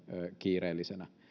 kiireellisenä